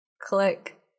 click